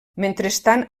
mentrestant